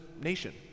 nation